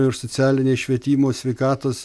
ir socialinėj švietimo sveikatos